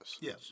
Yes